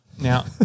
Now